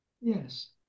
Yes